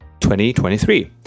2023